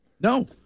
No